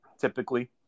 Typically